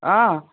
অঁ